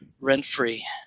rent-free